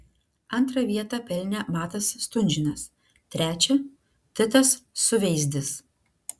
antrą vietą pelnė matas stunžinas trečią titas suveizdis